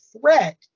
threat